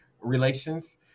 relations